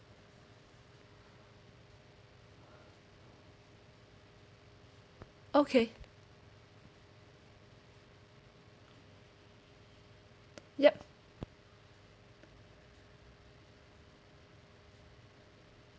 okay yup